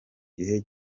gihe